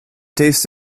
taste